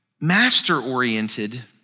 master-oriented